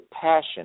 passion